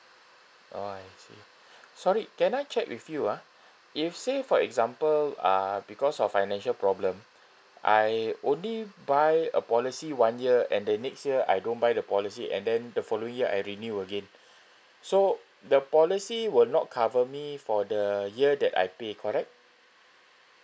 oh I see sorry can I check with you ah if say for example uh because of financial problem I only buy a policy one year and the next year I don't buy the policy and then the following year I renew again so the policy will not cover me for the year that I pay correct